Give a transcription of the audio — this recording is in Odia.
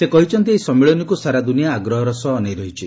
ସେ କହିଛନ୍ତି ଏହି ସମ୍ମିଳନୀକୁ ସାରା ଦୁନିଆ ଆଗ୍ରହର ସହ ଅନେଇ ରହିଛି